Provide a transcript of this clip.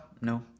no